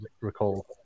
recall